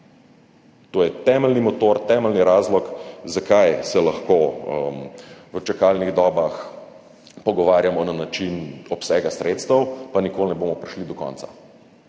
To je temeljni motor, temeljni razlog, zakaj se lahko o čakalnih dobah pogovarjamo na način obsega sredstev, pa nikoli ne bomo prišli do konca